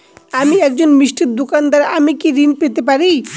আমি একজন মিষ্টির দোকাদার আমি কি ঋণ পেতে পারি?